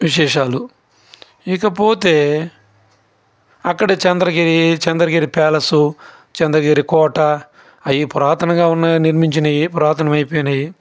విశేషాలు ఇకపోతే అక్కడ చంద్రగిరి చంద్రగిరి ప్యాలెసు చంద్రగిరి కోట అవి పురాతనంగా ఉన్నాయి నిర్మించినవి ఈ పురాతనమైయినాయి